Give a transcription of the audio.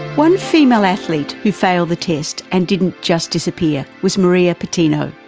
one female athlete who failed the test and didn't just disappear was maria patino.